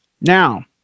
Now